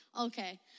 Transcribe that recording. Okay